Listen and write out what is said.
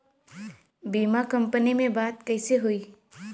बीमा कंपनी में बात कइसे होई?